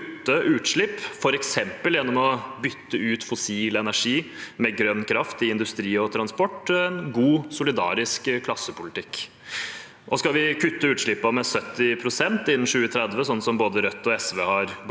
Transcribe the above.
er det å kutte utslipp, f.eks. gjennom å bytte ut fossil energi med grønn kraft i industri og transport, en god, solidarisk klassepolitikk. Skal vi kutte utslippene med 70 pst. innen 2030, sånn som både Rødt og SV har gått